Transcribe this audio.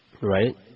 Right